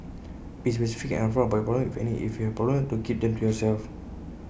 be specific and upfront about your problems if any if you have problems don't keep them to yourself